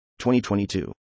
2022